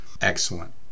Excellent